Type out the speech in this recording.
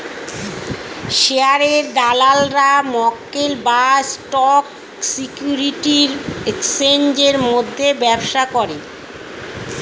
শেয়ারের দালালরা মক্কেল বা স্টক সিকিউরিটির এক্সচেঞ্জের মধ্যে ব্যবসা করে